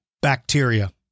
bacteria